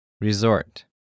Resort